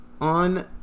on